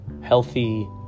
healthy